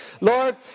Lord